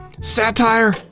satire